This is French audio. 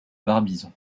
barbizon